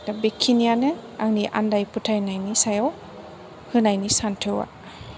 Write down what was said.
दा बेखिनियानो आंनि आन्दाय फोथायनायनि सायाव होनायनि सान्थौवा